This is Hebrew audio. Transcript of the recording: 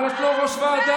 אבל את לא ראש ועדה.